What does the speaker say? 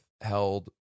held